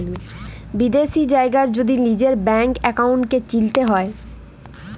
বিদ্যাশি জায়গার যদি লিজের ব্যাংক একাউল্টকে চিলতে হ্যয়